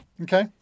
Okay